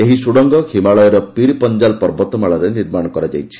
ଏହି ସୁଡ଼ଙ୍ଗ ହିମାଳୟର ପିର୍ ପଞ୍ଜାଲ ପର୍ବତ ମାଳାରେ ନିର୍ମାଣ କରାଯାଇଛି